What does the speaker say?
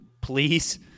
please